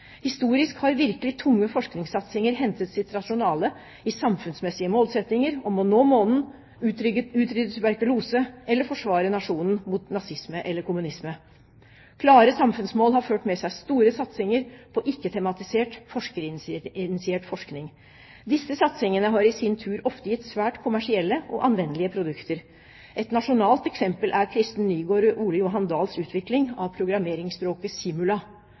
Historisk har virkelig tunge forskningssatsinger hentet sitt rasjonale i samfunnsmessige målsettinger om å nå månen, utrydde tuberkulose eller forsvare nasjonen mot nazisme eller kommunisme. Klare samfunnsmål har ført med seg store satsinger på ikke-tematisert, forskerinitiert forskning. Disse satsingene har i sin tur ofte gitt svært kommersielle og anvendelige produkter. Et nasjonalt eksempel er Kristen Nygaard og Ole-Johan Dahls utvikling av programmeringsspråket Simula.